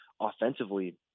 offensively